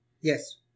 Yes